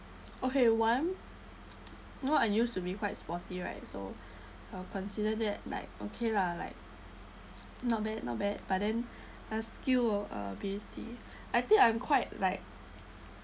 okay one you know I used to be quite sporty right so I'll consider that like okay lah like not bad not bad but then a skill or ability I think I'm quite like